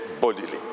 bodily